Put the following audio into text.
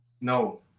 No